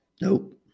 Nope